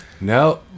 No